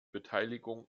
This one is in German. beteiligung